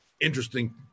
interesting